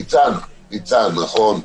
ניצן, נכון.